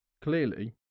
clearly